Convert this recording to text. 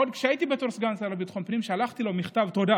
עוד כשהייתי סגן שר לביטחון פנים שלחתי לו מכתב תודה